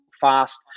fast